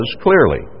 clearly